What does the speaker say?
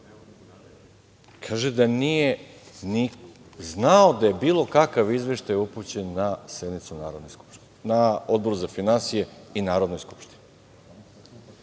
kaže da nije ni znao da je bilo kakav izveštaj upućen na Odboru za finansije i Narodnoj skupštini.